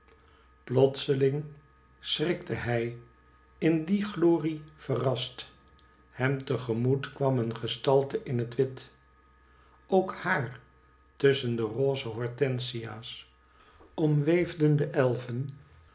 plotselmg schnktc hij in die glorie verrast hem tc gemoet kwam een gestalte in het wit ook haar tusschen de roze hortensia's omweefden de elven